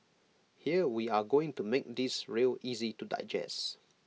here we are going to make this real easy to digest